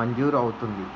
మంజూరు అవుతుంది?